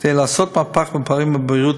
כדי לעשות מהפך ממש בפערים בבריאות,